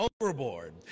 overboard